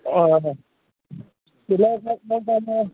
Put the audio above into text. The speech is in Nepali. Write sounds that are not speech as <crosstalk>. अँ अँ <unintelligible>